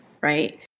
right